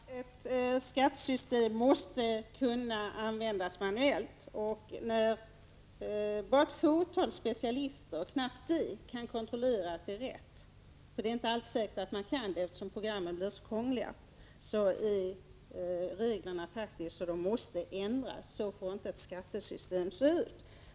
Herr talman! Ett skattesystem måste kunna användas manuellt. När bara ett fåtal specialister, knappt det, kan kontrollera om en uträkning är riktig — det är inte alls säkert att det blir rätt, eftersom programmen är så krångliga — måste reglerna ändras. Så får inte ett skattesystem se ut.